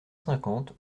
cinquante